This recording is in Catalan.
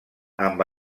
amb